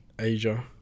Asia